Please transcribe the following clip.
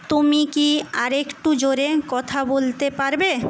তুমি কি আরেকটু জোরে কথা বলতে পারবে